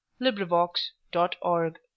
LibriVox.org